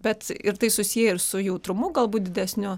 bet ir tai susiję ir su jautrumu galbūt didesniu